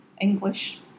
English